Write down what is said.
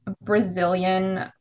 Brazilian